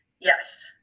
Yes